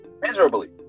miserably